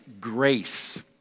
grace